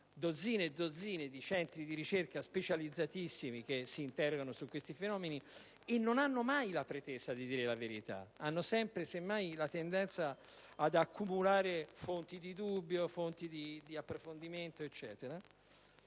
dozzine e dozzine di specializzatissimi, che si interrogano su questi fenomeni e non hanno mai la pretesa di dire la verità, ma sempre semmai la tendenza ad accumulare fonti di dubbio e approfondimento.